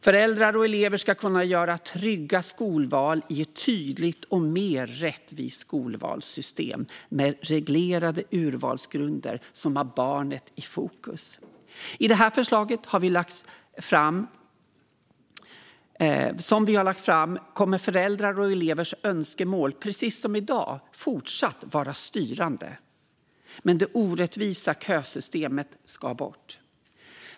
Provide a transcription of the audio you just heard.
Föräldrar och elever ska kunna göra trygga skolval i ett tydligt och mer rättvist skolvalssystem med reglerade urvalsgrunder som har barnet i fokus. I detta förslag som vi har lagt fram kommer föräldrars och elevers önskemål, precis som i dag, att fortsatt vara styrande. Men det orättvisa kösystemet ska bort.